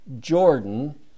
Jordan